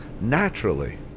naturally